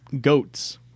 Goats